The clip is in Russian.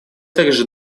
также